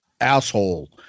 Asshole